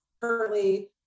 currently